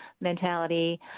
mentality